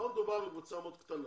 כאן מדובר בקבוצה מאוד קטנה